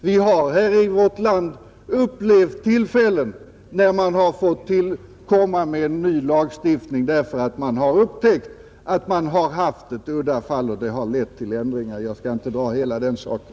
Vi har här i vårt land upplevt tillfällen då ny lagstiftning har fått tillgripas därför att man ställts inför ett udda fall där gällande lagstiftning resulterat i orimliga och orättvisa förhållanden. Det har då lett till ändringar — men jag skall inte dra hela den historien.